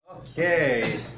okay